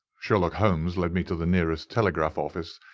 sherlock holmes led me to the nearest telegraph office,